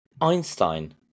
Einstein